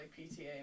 PTA